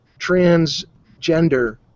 transgender